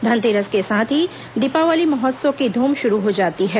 धनतेरस के साथ ही दीपावली महोत्सव की धूम शुरू हो जाती है